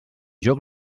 joc